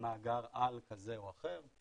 מאגר על כזה או אחר.